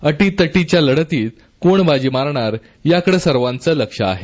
अटीतटीच्या लढतीत कोण बाजी मारणार याकडे सर्वाचं लक्ष आहे